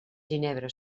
ginebra